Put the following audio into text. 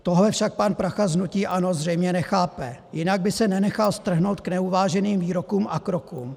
Tohle však pan Prachař z hnutí ANO zřejmě nechápe, jinak by se nenechal strhnout k neuváženým výrokům a krokům.